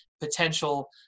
potential